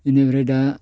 इनिफ्राय दा